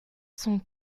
sont